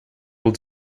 will